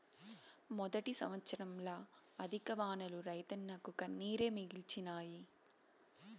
మొదటి సంవత్సరంల అధిక వానలు రైతన్నకు కన్నీరే మిగిల్చినాయి